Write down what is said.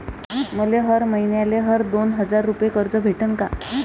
मले हर मईन्याले हर दोन हजार रुपये कर्ज भेटन का?